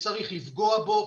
שצריך לפגוע בו,